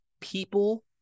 people